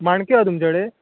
माणक्यो आसा तुमच्या कडेन